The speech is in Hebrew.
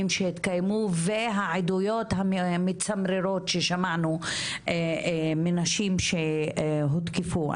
שהתקיימו והעדויות המצמררות ששמענו מנשים שהותקפו.